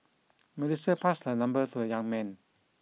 Melissa passed her number to a young man